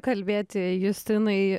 kalbėti justinai